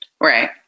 Right